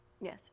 Yes